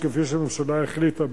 כפי שהממשלה החליטה,